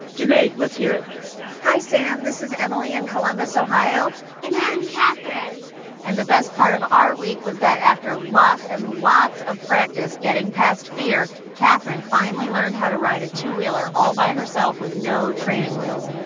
jinae, let's hear it hi, sam. this is emily in and columbus, ohio and i'm catherine and the best part of our week was that after lots and lots of practice getting past fear, catherine finally learned how to ride a two-wheeler all by herself with no training wheels